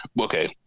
Okay